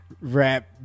Rap